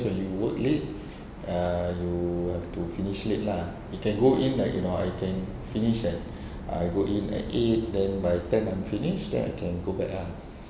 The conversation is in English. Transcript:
when you work late ah you have to finish late lah you can go in like you know I can finish at I go in at eight then by ten I finish then can go back ah